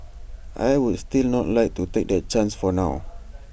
I would still not like to take that chance for now